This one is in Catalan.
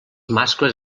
mascles